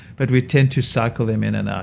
but we tend to cycle them in and out,